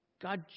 God